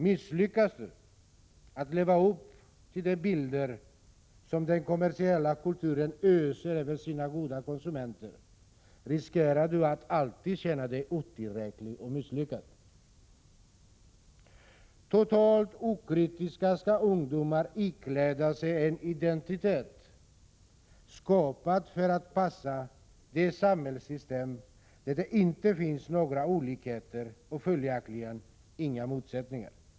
Misslyckas du att leva upp till de förebilder som den kommersiella kulturen öser över sina goda konsumenter, riskerar du att alltid känna dig otillräcklig och misslyckad. Totalt okritiska skall ungdomar ikläda sig en identitet skapad för att passa ett samhällssystem där det inte finns några olikheter och följaktligen inga motsättningar.